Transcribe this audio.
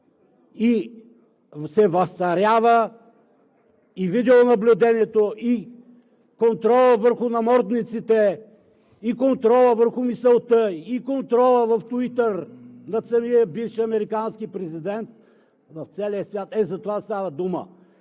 и се възцарява и видеонаблюдението, и контролът върху намордниците, и контролът върху мисълта, и контролът в Туитър на самия бивш американски президент в целия свят. Ето затова става дума.